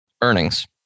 earnings